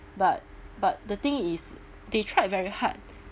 but but the thing is they tried very hard